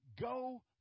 Go